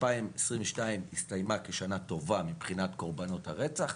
2022 הסתיימה כשנה טובה מבחינת קורבנות הרצח.